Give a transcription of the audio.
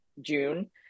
June